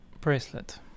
bracelet